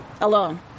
alone